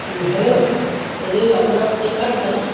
hello এই আপোনাৰ Flipkart হয়নে